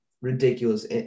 ridiculous